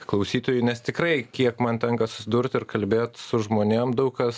klausytojui nes tikrai kiek man tenka susidurt ir kalbėt su žmonėm daug kas